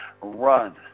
run